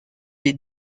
est